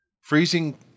Freezing